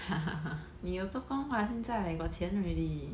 你有做工 what 现在 got 钱 already